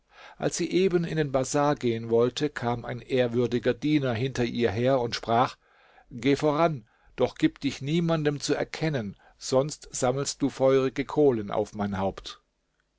als sie eben in den bazar gehen wollte kam ein ehrwürdiger diener hinter ihr her und sprach geh voran doch gib dich niemanden zu erkennen sonst sammelst du feurige kohlen auf mein haupt